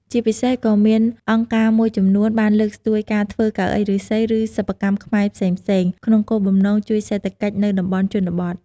ជាពិសេសក៏មានអង្គការមួយចំនួន បានលើកស្ទួយការធ្វើកៅអីឫស្សី ឬសិប្បកម្មខ្មែរផ្សេងៗ ក្នុងគោលបំណងជួយសេដ្ឋកិច្ចនៅតំបន់ជនបទ។